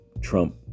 Trump